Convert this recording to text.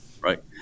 right